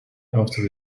after